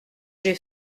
j’ai